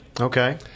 Okay